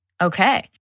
Okay